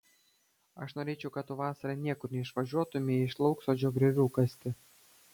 aš norėčiau kad tu vasarą niekur neišvažiuotumei iš lauksodžio griovių kasti